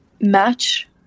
match